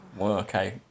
Okay